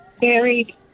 buried